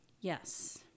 yes